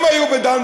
הם היו בדן,